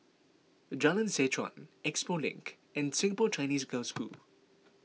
Jalan Seh Chuan Expo Link and Singapore Chinese Girls' School